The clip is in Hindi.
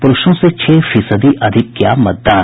पुरूषों से छह फीसदी अधिक किया मतदान